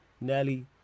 Nelly